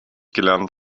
gelernt